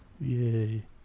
Yay